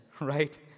right